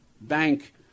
Bank